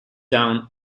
down